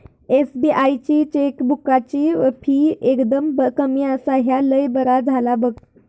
SBI ची चेकबुकाची फी एकदम कमी आसा, ह्या लय बरा झाला बघ